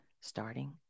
Starting